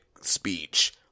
speech